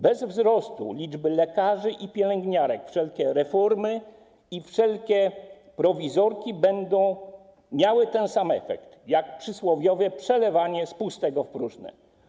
Bez wzrostu liczby lekarzy i pielęgniarek wszelkie reformy i wszelkie prowizorki będą miały ten sam efekt, jak przysłowiowe przelewanie z pustego w próżne.